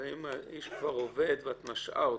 זה כאשר האיש כבר עובד, ואת משעה אותו.